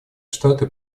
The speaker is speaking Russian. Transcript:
штаты